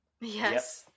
yes